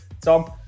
Tom